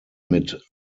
mit